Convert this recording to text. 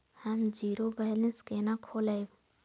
हम zero balance केना खोलैब?